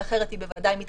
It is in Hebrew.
לא בדיוק בטיחות,